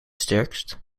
sterkst